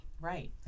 Right